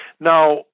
Now